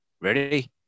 Ready